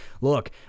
Look